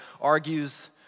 argues